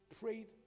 prayed